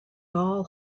all